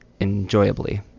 Enjoyably